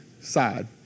side